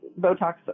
Botox